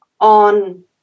on